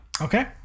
Okay